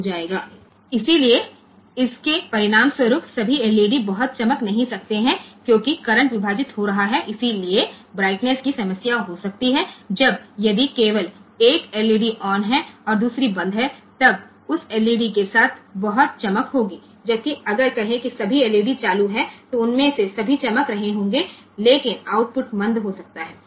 પરિણામે આ બધી LED બહુ તેજસ્વી રીતે ચમકશે નહીં કારણ કે કરંટ વિભાજિત થાય છે જે એક સમસ્યા હોઈ શકે છે અને જ્યારે માત્ર એક LED ચાલુ હોય તો તે LED ખૂબ જ ઝળહળતી હશે અને તેનું તેજ પણ સારું હશે અને કહો કે જો તમામ LED ચાલુ હોય તો તે બધી LED ગ્લોઈંગ હશે પરંતુ તેનું આઉટપુટ મંદ હોઈ શકે છે